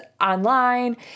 online